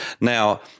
Now